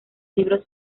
libros